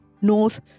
north